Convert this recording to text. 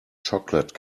chocolate